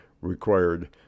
required